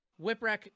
Whipwreck